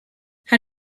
how